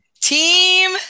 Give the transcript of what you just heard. Team